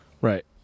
Right